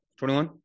21